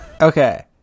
Okay